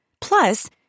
Plus